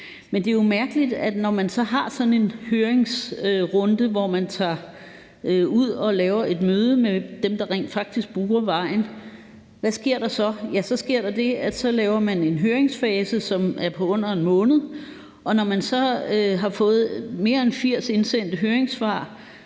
Men det er jo mærkeligt, at man så har sådan en høringsrunde, hvor man tager ud og laver et møde med dem, der rent faktisk bruger vejen, og hvad sker der så? Så sker der det, at så laver man en høringsfase, som er på under en måned, og når man så har fået mere end 80 indsendte høringssvar,